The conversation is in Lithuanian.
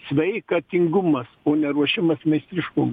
sveikatingumas o ne ruošimas meistriškumui